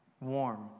warm